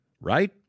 right